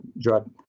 drug